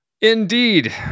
Indeed